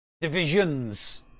Divisions